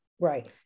Right